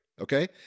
okay